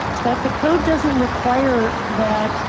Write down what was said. but the code doesn't require that.